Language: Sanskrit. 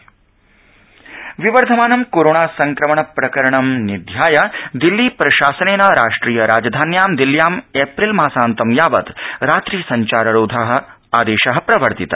दिल्ली रोधादेश विवर्धमानं कोरोना संक्रमण प्रकरणं विध्याय दिल्ली प्रशासनेन राष्ट्रिय राजधान्यां दिल्ल्यां एप्रिल मासान्तं यावत् रात्रिसंचाररोध प्रवर्तित